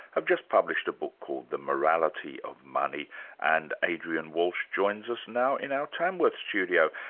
have just published a book called the morality of money and adrian walsh joins us now in our tamworth studio.